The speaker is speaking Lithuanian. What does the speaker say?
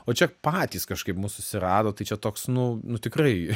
o čia patys kažkaip mus susirado tai čia toks nu nu tikrai